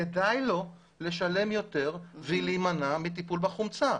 כדאי לו לשלם יותר ולהימנע מטיפול בחומצה.